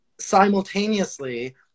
simultaneously